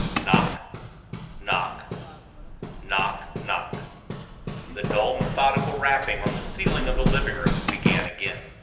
knock knock knock knock the dull, methodical rapping on the ceiling of the living-room began again.